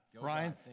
Brian